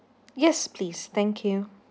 yes please thank you